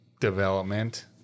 development